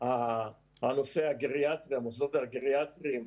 הנושא הגריאטרי,